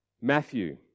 Matthew